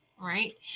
right